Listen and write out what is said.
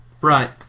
Right